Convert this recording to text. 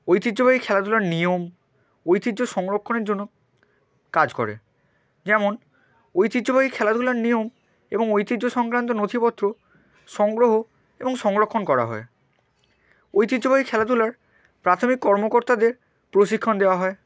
ঐতিহ্যবাহী খেলাধুলার নিয়ম ঐতিহ্য সংরক্ষণের জন্য কাজ করে যেমন ঐতিহ্যবাহী খেলাধুলার নিয়ম এবং ঐতিহ্য সংক্রান্ত নথিপত্র সংগ্রহ এবং সংরক্ষণ করা হয় ঐতিহ্যবাহী খেলাধুলার প্রাথমিক কর্মকর্তাদের প্রশিক্ষণ দেওয়া হয়